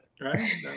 right